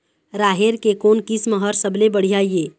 राहेर के कोन किस्म हर सबले बढ़िया ये?